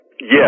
Yes